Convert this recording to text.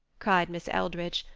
cried miss eldridge,